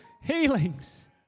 healings